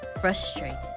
frustrated